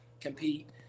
compete